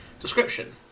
Description